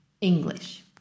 english